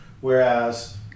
Whereas